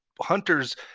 hunters